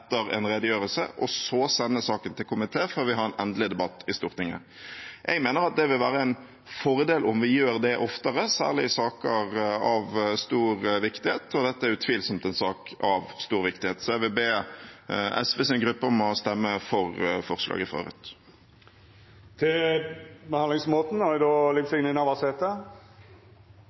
en redegjørelse og så sende saken til komiteen før vi har en endelig debatt i Stortinget. Jeg mener det vil være en fordel om vi gjør det oftere, særlig i saker av stor viktighet, og dette er utvilsomt en sak av stor viktighet. Jeg vil be SVs gruppe stemme for forslaget fra Rødt.